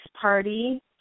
party